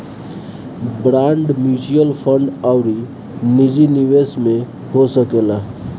bond mutual fund अउरी निजी निवेश में हो सकेला